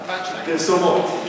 פרסומות.